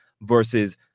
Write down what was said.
versus